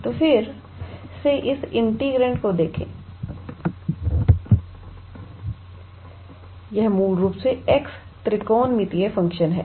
तो फिर से इस इंटीग्रैंड को देखें यह मूल रूप से x त्रिकोणमितीय फ़ंक्शन है